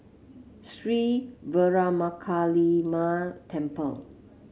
Sri Veeramakaliamman Temple